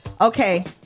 Okay